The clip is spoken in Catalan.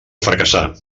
fracassar